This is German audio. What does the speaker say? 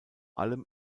allem